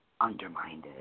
undermined